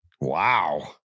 Wow